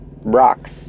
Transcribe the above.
rocks